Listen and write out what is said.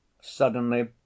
Suddenly